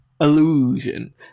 illusion